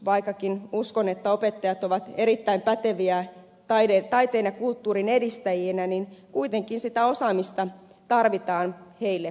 vaikka uskon että opettajat ovat erittäin päteviä taiteen ja kulttuurin edistäjinä kuitenkin sitä osaamista tarvitaan myöskin heille lisää